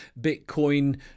Bitcoin